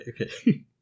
okay